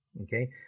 okay